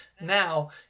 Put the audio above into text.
now